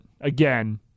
again